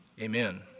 Amen